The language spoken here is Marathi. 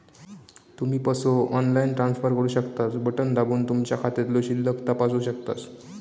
तुम्ही पसो ऑनलाईन ट्रान्सफर करू शकतास, बटण दाबून तुमचो खात्यातलो शिल्लक तपासू शकतास